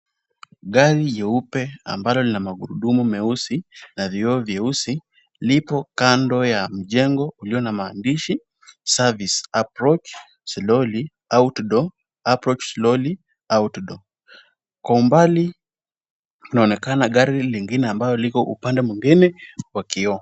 Gari jeupe ambalo lina magurudumu meusi na vioo vyeusi, lipo kando ya mjengo ulio na maandishi service approach slowly auto door . Kwa umbali kunaonekana gari lingine ambalo liko upande mwingine wa kioo.